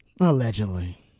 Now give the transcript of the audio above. Allegedly